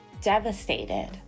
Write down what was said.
devastated